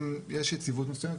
יש יציבות מסוימת,